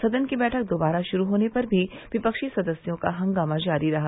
सदन की बैठक दोबारा शुरू होने पर भी विपक्षी सदस्यों का हंगामा जारी रहा